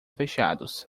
fechados